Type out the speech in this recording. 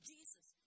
Jesus